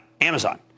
Amazon